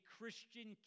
Christian